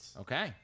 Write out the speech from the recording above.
Okay